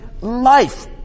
life